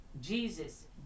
Jesus